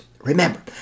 Remember